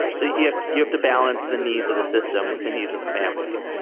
see if you have to balance the needs of the system with the needs of the family.